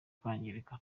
kwangirika